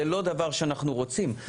זה לא דבר שאנחנו רוצים.